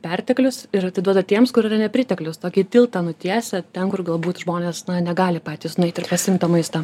perteklius ir atiduoda tiems kur yra nepriteklius tokį tiltą nutiesia ten kur galbūt žmonės negali patys nueit ir pasiimt tą maistą